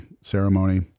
ceremony